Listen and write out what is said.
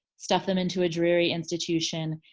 stuff them into a dreary institution.